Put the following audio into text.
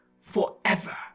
forever